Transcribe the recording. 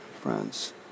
friends